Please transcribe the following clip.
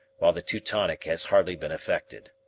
while the teutonic has hardly been affected.